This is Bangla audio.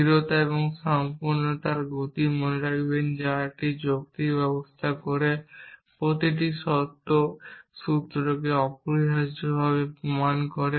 স্থিরতা এবং সম্পূর্ণতার গতিগুলি মনে রাখবেন যা একটি যৌক্তিক ব্যবস্থা করে প্রতিটি সত্য সূত্রকে অপরিহার্যভাবে প্রমাণ করে